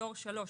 דור 3,